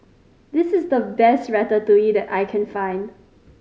this is the best Ratatouille that I can find